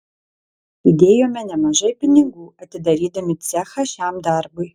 įdėjome nemažai pinigų atidarydami cechą šiam darbui